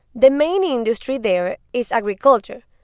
the main industry there is agriculture.